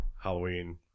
Halloween